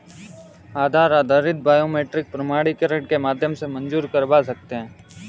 आधार आधारित बायोमेट्रिक प्रमाणीकरण के माध्यम से मंज़ूर करवा सकते हैं